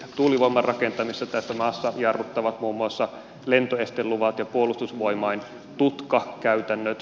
tuulivoiman rakentamista tässä maassa jarruttavat muun muassa lentoesteluvat ja puolustusvoimain tutkakäytännöt